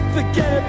Forget